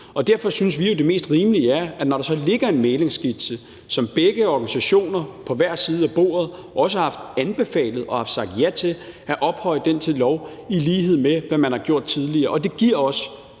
Derfor synes vi jo, at det mest rimelige er, når der ligger en mæglingsskitse, som begge organisationer på hver side af bordet også har anbefalet og sagt ja til, så at ophøje den til lov, i lighed med hvad man har gjort tidligere. Det giver også